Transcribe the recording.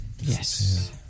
Yes